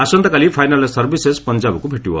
ଆସନ୍ତାକାଲି ଫାଇନାଲ୍ରେ ସର୍ଭିସେସ୍ ପଞ୍ଜାବକୁ ଭେଟିବ